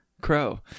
Crow